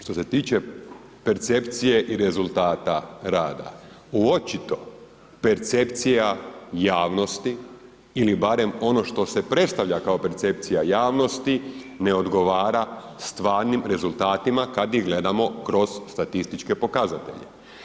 Što se tiče percepcije i rezultat rada, očito percepcija javnosti ili barem ono što se predstavlja kao percepcija javnosti, ne odgovara stvarnim rezultatima kad ih gledamo kroz statističke pokazatelje.